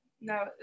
No